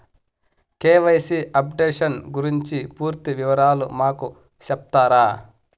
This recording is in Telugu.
కె.వై.సి అప్డేషన్ గురించి పూర్తి వివరాలు మాకు సెప్తారా?